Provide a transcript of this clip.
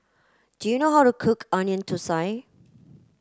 do you know how to cook onion Thosai